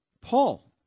Paul